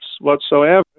whatsoever